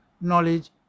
knowledge